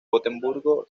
gotemburgo